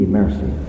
mercy